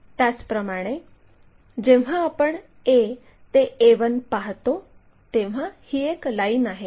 त्याचप्रमाणे जेव्हा आपण a ते a1 पाहतो तेव्हा ही एक लाईन आहे